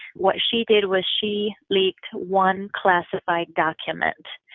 what she did was she leaked one classified document.